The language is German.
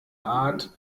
art